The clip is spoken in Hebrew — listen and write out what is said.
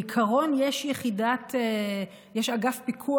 בעיקרון יש אגף פיקוח,